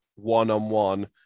one-on-one